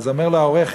אז אומר לו העורך: